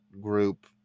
group